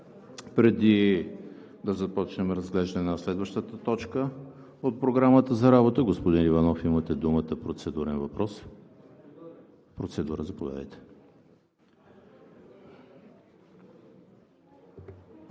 Преди да започнем разглеждане на следващата точка от Програмата за работата, господин Иванов, имате думата за процедура – заповядайте.